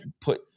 put